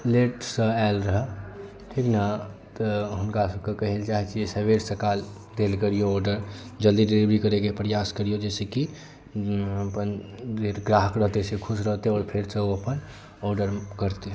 लेटसँ आएल रहै ठीक ने तऽ हुनकासबके कहैलए चाहै छिए जे सवेर सकाल देल करिऔ ऑडर जल्दी डिलीवरी करैके प्रयास करिऔ जाहिसँ कि अपन जे ग्राहक रहतै से खुश रहतै आओर फेरसँ ओ अपन ऑडर करतै